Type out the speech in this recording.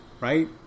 right